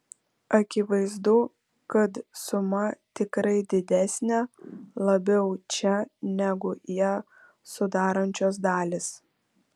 akivaizdu kad suma tikrai didesnė labiau čia negu ją sudarančios dalys